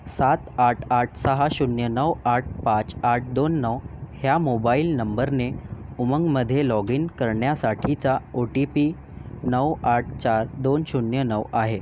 सात आठ आठ सहा शून्य नऊ आठ पाच आठ दोन नऊ ह्या मोबाइल नंबरने उमंगमध्ये लॉग इन करण्यासाठीचा ओ टी पी नऊ आठ चार दोन शून्य नऊ आहे